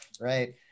right